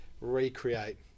recreate